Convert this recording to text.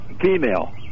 female